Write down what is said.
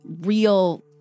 real